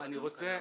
הוא קנה מלט,